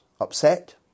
upset